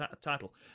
title